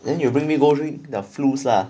then you bring me go drink the fruits lah